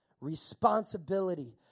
responsibility